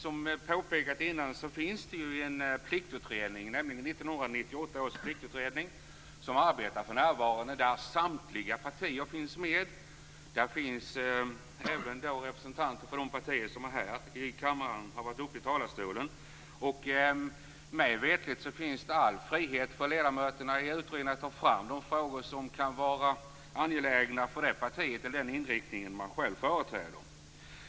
Som påpekats tidigare finns det en pliktutredning, nämligen 1998 års pliktutredning. Den arbetar för närvarande. Samtliga partier finns med i den, även de partier som har varit upp i talarstolen här i kammaren. Mig veterligen finns det all frihet för ledamöterna i utredningen att ta fram de frågor som kan vara angelägna för det partiet eller den inriktningen man själv företräder.